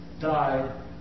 died